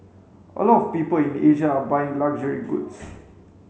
a lot of people in Asia are buying luxury goods